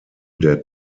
der